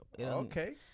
Okay